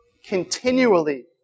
continually